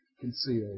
concealed